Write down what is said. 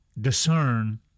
discern